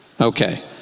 Okay